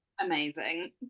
Amazing